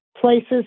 places